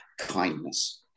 kindness